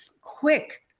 quick